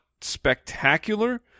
spectacular